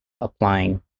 applying